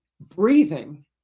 Breathing